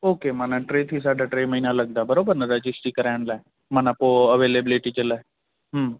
okay माना टे साढा टे महिना लॻंदा बराबरि न रजिस्ट्री कराइण लाइ माना पोइ अवेलेबिलिटी जे लाइ